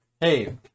Hey